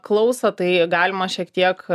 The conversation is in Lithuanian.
klauso tai galima šiek tiek